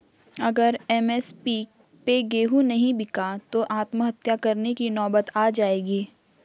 अगर एम.एस.पी पे गेंहू नहीं बिका तो आत्महत्या करने की नौबत आ जाएगी